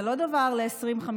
זה לא דבר ל-2050,